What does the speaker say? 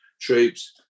troops